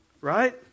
right